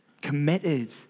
committed